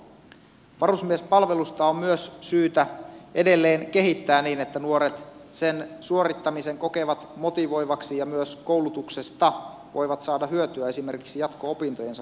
varusmiespalvelusta on myös syytä edelleen kehittää niin että nuoret sen suorittamisen kokevat motivoivaksi ja myös koulutuksesta voivat saada hyötyä esimerkiksi jatko opintojensa kannalta